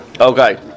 Okay